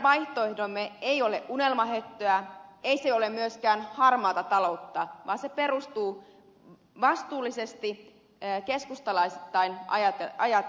meidän vaihtoehtomme ei ole unelmahöttöä ei se ole myöskään harmaata taloutta vaan se perustuu vastuullisesti keskustalaisittain ajateltuihin asioihin